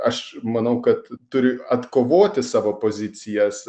aš manau kad turi atkovoti savo pozicijas